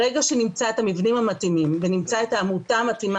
ברגע שנמצא את המבנים המתאימים ונמצא את העמותה המתאימה